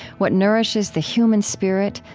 what nourishes the human spirit,